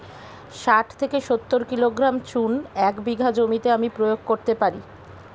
শাঠ থেকে সত্তর কিলোগ্রাম চুন এক বিঘা জমিতে আমি প্রয়োগ করতে পারি?